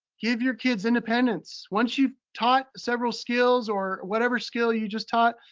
give your kids independence. once you've taught several skills, or whatever skill you've just taught,